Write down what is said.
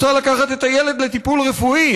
רוצה לקחת את הילד לטיפול רפואי,